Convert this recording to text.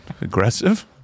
aggressive